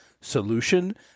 solution